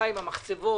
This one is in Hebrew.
בנושא המחצבות.